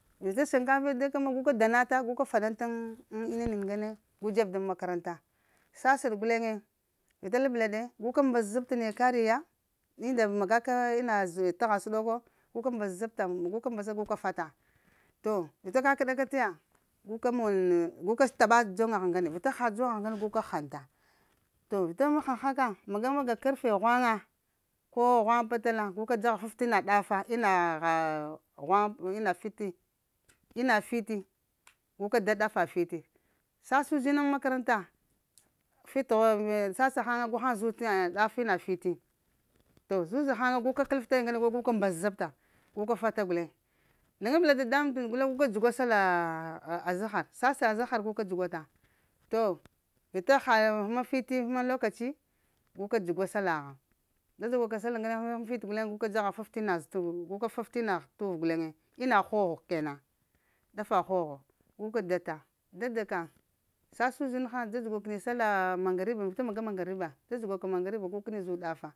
shinkafa da ka ma guka dana te guka fananta ŋ ina nin ŋgane, gu dzeb dan makaranta sassaɗ guleŋe vita labla ɗe guka mbazab t'naya kariya unda magaka in zə tagha səɗoko, guka mbazabta guka mbaza guka fata to vita kakəɗaka taya, gu ka mon guka kaɓa dzoŋgagh ŋgane vita ha dzoŋa ŋgane guka ghənta. To vita ghəŋgha ka maga-maga karfe ghwaŋga ko ghwaŋa-peɗ-tala guka fafti ina ɗafa ina gha-ghwaŋa ina fiti ina fiti, guka da ɗafa fiti sassa uzinan makaranta fit ah sassa ghaŋa gu haŋ zot ɗaf ina fiti. To zuza haŋ ga gu ka kələf taya ŋgane guka mbazapta guka fata guleŋ laŋgabla dadamuŋ guleŋ guka dzugwa sallah ah ah ah azahar sassa azahar guka dzugwa ta. To vita ha həma fiti həma lokaci guka dzugwa sallah gha dza-dzuga ka sallah ŋgane hə həma fit guleŋ guka dzagha faf t’ ina zə t'uvu guka t’ inagh t'uv guleŋe iangho ho kena ɗafa ghogho, guga data dada ka sassa uzinha dza-dzuga kəni sallah maŋgariba, vita maga-maga maŋgariba, dza-dzuga ka maŋgariba gu kəni zu dafa